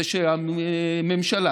זה שהממשלה,